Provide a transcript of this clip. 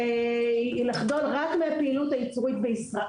לחדול רק מפעילות הייצור בישראל,